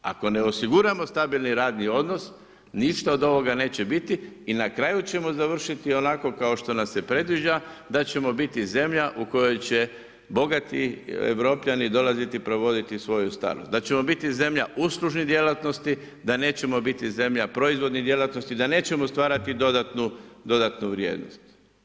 Ako ne osiguramo stabilni radni odnos ništa od ovoga neće biti i na kraju ćemo završiti onako kao što nam se predviđa da ćemo biti zemlja u kojoj će bogati Europljani dolaziti prevoditi svoju staru, da ćemo biti zemlja uslužne djelatnosti, da nećemo biti zemlja proizvodne djelatnosti, da nećemo stvarati dodatnu vrijednosti.